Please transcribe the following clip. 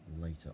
later